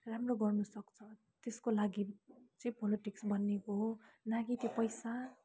राम्रो गर्नुसक्छ त्यसको लागि चाहिँ पोलिटिक्स बनिएको हो न कि त्यो पैसा